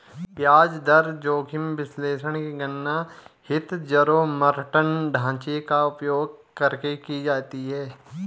ब्याज दर जोखिम विश्लेषण की गणना हीथजारोमॉर्टन ढांचे का उपयोग करके की जाती है